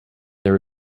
there